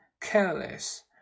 careless